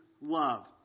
love